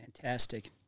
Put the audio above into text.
Fantastic